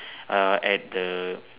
uh at the